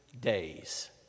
days